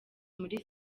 muri